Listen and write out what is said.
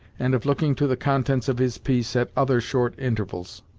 and of looking to the contents of his piece at other short intervals.